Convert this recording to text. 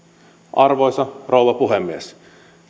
arvoisa rouva puhemies